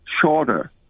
shorter